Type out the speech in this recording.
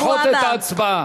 לדחות את ההצבעה.